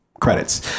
credits